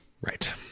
Right